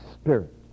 spirit